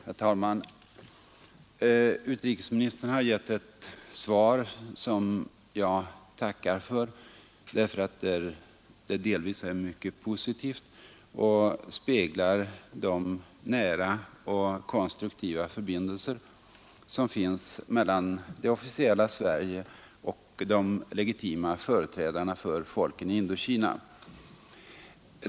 Herr talman! Utrikesministern har gett ett svar som jag tackar för därför att det delvis är mycket positivt och speglar de nära och konstruktiva förbindelser som finns mellan det officiella Sverige och de legitima företrädarna för folken i Indokina.